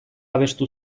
abestu